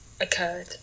occurred